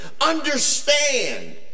understand